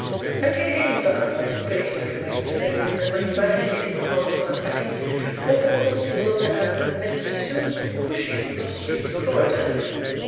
hebt gij in uw dagblad het bericht opgemerkt betreffende den merkwaardigen inhoud van een pakket over de post gezonden aan miss susan cushing